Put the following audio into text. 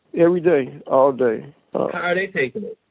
every day, all day how are they taking it?